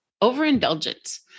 overindulgence